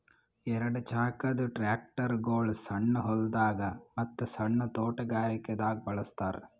ಎರಡ ಚಾಕದ್ ಟ್ರ್ಯಾಕ್ಟರ್ಗೊಳ್ ಸಣ್ಣ್ ಹೊಲ್ದಾಗ ಮತ್ತ್ ಸಣ್ಣ್ ತೊಟಗಾರಿಕೆ ದಾಗ್ ಬಳಸ್ತಾರ್